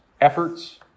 efforts